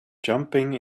jumping